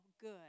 good